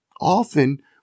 often